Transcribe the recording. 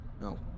No